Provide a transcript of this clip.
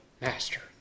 master